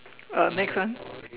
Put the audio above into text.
uh next one